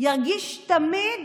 ירגיש תמיד